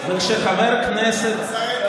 השר אלקין,